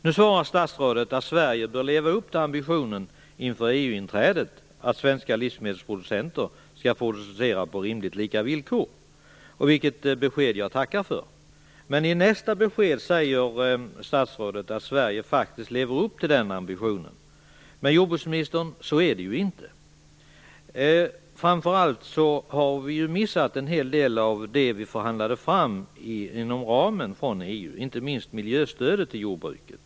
Nu svarar statsrådet att Sverige bör leva upp till ambitionen inför EU-inträdet, dvs. att svenska livsmedelsproducenter skall producera på rimligt lika villkor. Detta besked tackar jag för. Men i nästa besked säger statsrådet att Sverige faktiskt lever upp till den ambitionen. Men så är det ju inte, jordbruksministern. Framför allt har vi missat en hel del av det som vi förhandlade fram inom EU:s ram, inte minst miljöstödet till jordbruket.